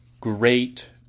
Great